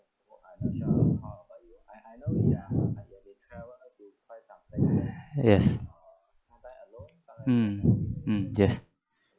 yes mm mm yes